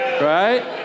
Right